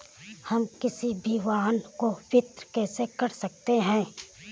हम किसी भी वाहन को वित्त कैसे कर सकते हैं?